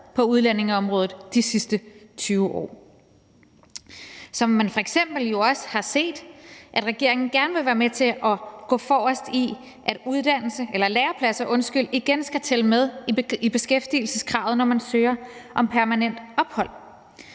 på udlændingeområdet de sidste 20 år. Man har jo f.eks. set, at regeringen gerne vil være med til at gå forrest, med hensyn til at lærepladser igen skal tælle med i beskæftigelseskravet, når man søger om permanent ophold.